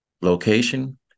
location